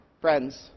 Friends